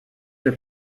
der